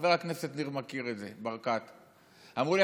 חבר הכנסת ניר ברקת מכיר את זה אמרו לי,